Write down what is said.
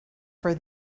for